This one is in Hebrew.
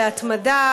בהתמדה,